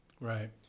Right